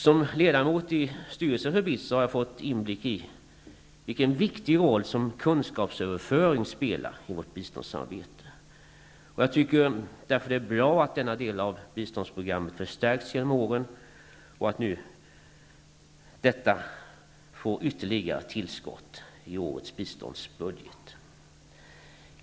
Som ledamot i styrelsen för BITS har jag fått inblick i vilken viktig roll som kunskapsöverföring spelar i vårt biståndssamarbete. Jag tycker därför att det är bra att denna del av biståndsprogrammet förstärkts genom åren och att den nu får ytterligare tillskott i årets biståndsbudget.